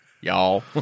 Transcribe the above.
Y'all